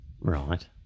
Right